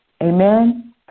Amen